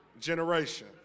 generation